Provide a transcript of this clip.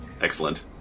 Excellent